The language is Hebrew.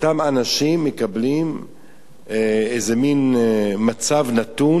אותם האנשים מקבלים איזה מין מצב נתון